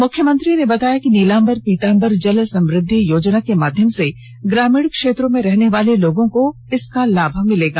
मुख्यमंत्री ने बताया कि नीलाम्बर पीताम्बर जल समृद्वि योजना के माध्यम से ग्रामीण क्षेत्रों में रहनेवाले लोगों को लाभ मिलेगा